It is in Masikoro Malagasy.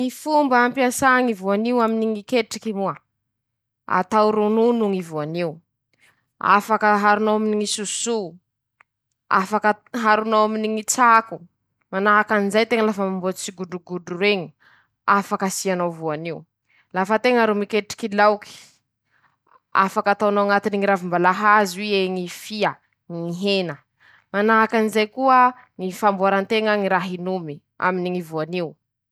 Ñy fomba ampiasà ñy voanio aminy ñy ketriky moa: -Atao ronono ñy voanio. afaky aharonao aminy ñy soso, afaky a aharonao aminy ñy tsako; manahaky anizay teña lafa mamboatsy godrogodro reñy. afaky asianao voanio. lafa teña ro miketriky laoky. afaky ataonao añatiny ñy ravimbalahazo ie. ñy fia. ñy hena ;manahalky anizay koa ñy famboaran-teña ñy raha hinomy aminy ñy voanio.